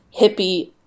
hippie